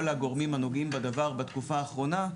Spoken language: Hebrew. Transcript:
הגורמים הנוגעים בדבר בתקופה האחרונה.